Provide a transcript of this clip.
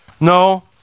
No